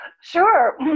Sure